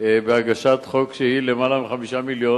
בהגשת חוק שהוא למעלה מ-5 מיליונים.